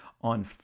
on